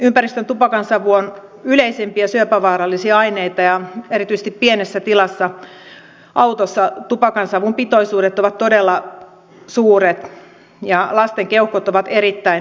ympäristön tupakansavu on yleisimpiä syöpävaarallisia aineita ja erityisesti pienessä tilassa autossa tupakansavun pitoisuudet ovat todella suuret ja lasten keuhkot ovat erittäin herkät